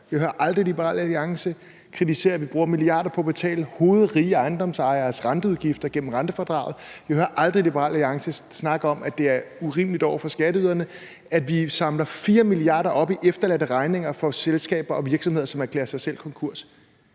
Vi hører aldrig Liberal Alliance kritisere, at vi bruger milliarder på at betale hovedrige ejendomsejeres renteudgifter gennem rentefradraget, og vi hører aldrig Liberal Alliances snakke om, at det er urimeligt over for skatteyderne, at vi samler 4 mia. kr. op i efterladte regninger for selskaber og virksomheder, som erklærer sig selv konkurs,